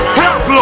help